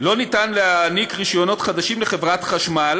אין אפשרות לתת רישיונות חדשים לחברת החשמל